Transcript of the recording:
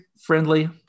friendly